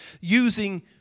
using